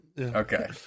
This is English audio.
Okay